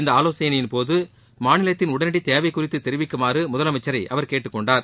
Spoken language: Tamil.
இந்த ஆலோசனையின்போது மாநிலத்தின் உடனடி தேவை குறித்து தெரிவிக்குமாறு முதலமைச்சரை அவர் கேட்டுக்கொண்டார்